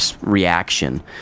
reaction